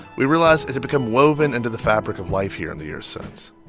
we realized it had become woven into the fabric of life here in the years since.